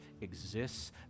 exists